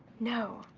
no.